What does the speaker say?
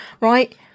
Right